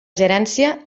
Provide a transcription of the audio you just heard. gerència